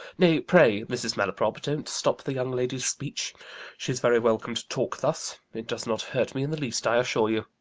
nay, pray, mrs. malaprop, don't stop the young lady's speech she's very welcome to talk thus it does not hurt me in the least, i assure you.